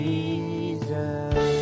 Jesus